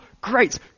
great